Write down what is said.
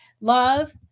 Love